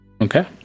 Okay